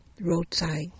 Roadside